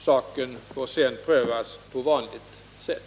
Saken får sedan prövas på vanligt sätt.